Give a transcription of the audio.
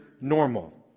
normal